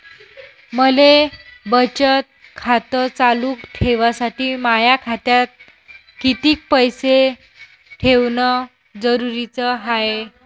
मले बचत खातं चालू ठेवासाठी माया खात्यात कितीक पैसे ठेवण जरुरीच हाय?